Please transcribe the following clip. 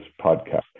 podcast